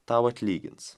tau atlygins